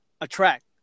attract